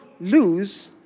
lose